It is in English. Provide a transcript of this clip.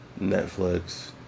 Netflix